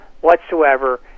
whatsoever